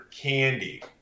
candy